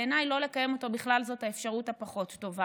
בעיניי לא לקיים אותו בכלל זאת האפשרות הפחות-טובה,